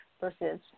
versus